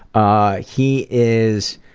ah. he is